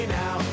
now